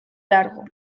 largo